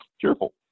cheerful